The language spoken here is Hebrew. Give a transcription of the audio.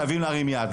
חייבים להרים יד".